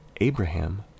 Abraham